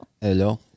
Hello